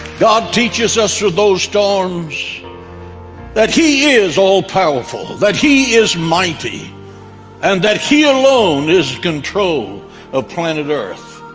god teaches us through those storms that he is all-powerful that he is mighty and that he alone is control of planet earth